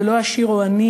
זה לא עשיר או עני,